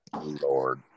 Lord